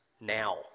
now